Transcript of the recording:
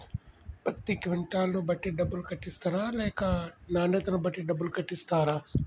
పత్తి క్వింటాల్ ను బట్టి డబ్బులు కట్టిస్తరా లేక నాణ్యతను బట్టి డబ్బులు కట్టిస్తారా?